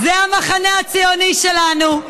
זה המחנה הציוני שלנו,